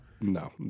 No